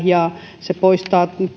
ja se poistaa